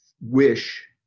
wish